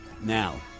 Now